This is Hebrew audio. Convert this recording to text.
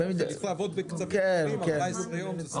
ואם עובדים בקצב מהיר אז ל-14 ימים.